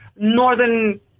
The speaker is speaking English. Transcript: northern